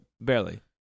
barely